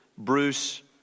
Bruce